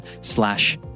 slash